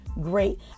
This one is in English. great